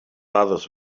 others